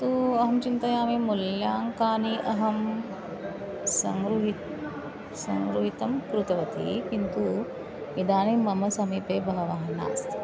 तु अहं चिन्तयामि मूल्याङ्कानि अहं सङ्ग्रुही सङ्ग्रहीतं कृतवती किन्तु इदानीं मम समीपे बहवः नास्ति